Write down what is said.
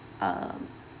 um